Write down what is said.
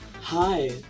Hi